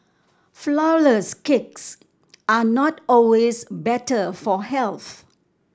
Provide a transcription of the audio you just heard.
flourless cakes are not always better for health